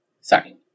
Sorry